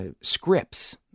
scripts